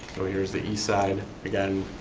so here's the east side. again,